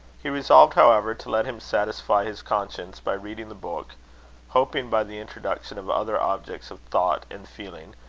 he resolved, however, to let him satisfy his conscience by reading the book hoping, by the introduction of other objects of thought and feeling,